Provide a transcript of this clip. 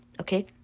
okay